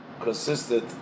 consisted